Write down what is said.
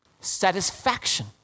Satisfaction